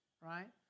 right